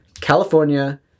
California